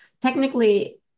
technically